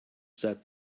said